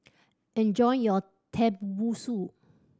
enjoy your Tenmusu